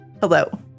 Hello